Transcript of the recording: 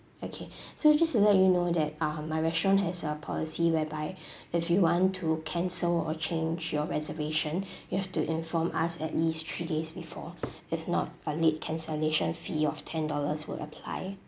okay so just to let you know that uh my restaurant has a policy whereby if you want to cancel or change your reservation you have to inform us at least three days before if not a late cancellation fee of ten dollars will apply